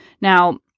Now